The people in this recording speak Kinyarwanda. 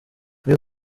iyo